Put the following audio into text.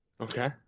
Okay